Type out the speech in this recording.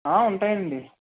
ఉంటాయండి